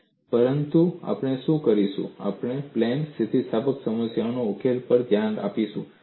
plane તણાવ અને plane તાણ રચનાં પરંતુ આપણે શું કરીશું આપણે પ્લેન સ્થિતિસ્થાપક સમસ્યાઓના ઉકેલ પર ધ્યાન આપીશું